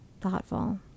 thoughtful